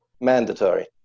mandatory